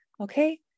okay